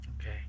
Okay